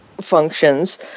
functions